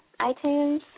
iTunes